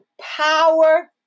power